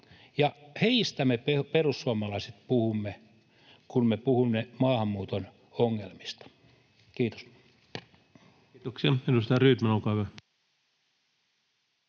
heistä me perussuomalaiset puhumme, kun me puhumme maahanmuuton ongelmista. — Kiitos.